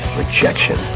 rejection